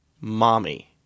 Mommy